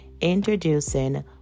Introducing